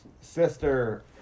sister